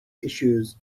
issues